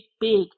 big